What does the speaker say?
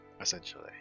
Essentially